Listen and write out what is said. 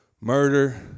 murder